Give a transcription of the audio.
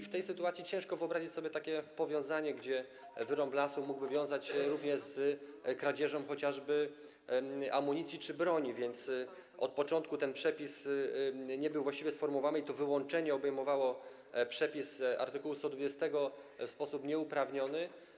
W tej sytuacji ciężko wyobrazić sobie takie powiązanie, że wyrąb lasu mógłby wiązać się również z kradzieżą chociażby amunicji czy broni, więc od początku ten przepis nie był właściwie sformułowany i to wyłączenie obejmowało przepis art. 120 w sposób nieuprawniony.